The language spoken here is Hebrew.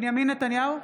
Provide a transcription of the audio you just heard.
נתניהו,